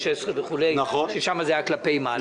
2016, וכו', ששם זה היה כלפי מעלה.